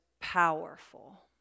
powerful